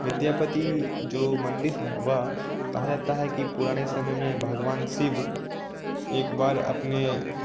विद्यापति जो मंदिर है वह कहा जाता है कि पुराने समय में भगवान शिव एक बार अपने